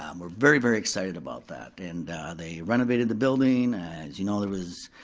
um we're very, very excited about that. and they renovated the building, as, you know, there was,